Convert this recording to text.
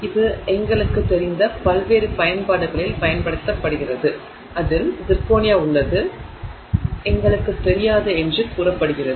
இது எங்களுக்குத் தெரிந்த பல்வேறு பயன்பாடுகளில் பயன்படுத்தப்படுகிறது அதில் சிர்கோனியா உள்ளது எங்களுக்கு தெரியாது என்று கூறப்படுகிறது